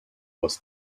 was